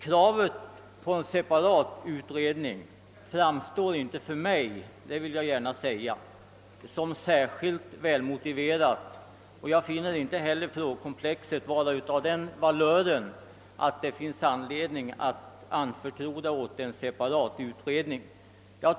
Kravet på en separat utredning framstår inte för mig som särskilt välmotiverat, och jag finner inte heller frågekomplexet vara sådant att det finns anledning att anförtro det åt en separat utredning.